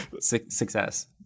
success